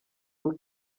rugo